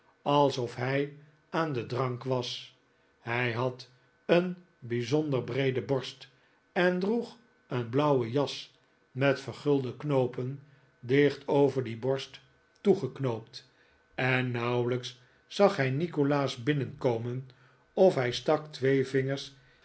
alsof hij aan den drank was hij had een bijzonder breede borst en droeg een blauwe jas met vergulde knoopen dicht over die borst toegeknoopt en nauwelijks zag hij nikolaas binnenkomen of hij stak twee vingers